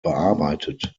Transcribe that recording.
bearbeitet